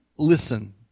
listen